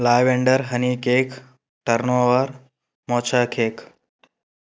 lavender honey cake turnover mocha cake